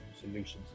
solutions